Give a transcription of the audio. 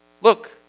Look